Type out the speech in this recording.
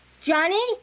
Johnny